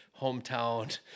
hometown